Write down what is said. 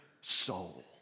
soul